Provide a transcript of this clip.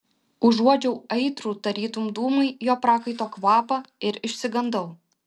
užuodžiau aitrų tarytum dūmai jo prakaito kvapą ir išsigandau